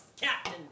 Captain